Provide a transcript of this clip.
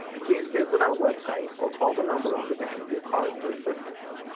please visit our website or call the number on the back of your card for assistance.